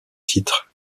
titre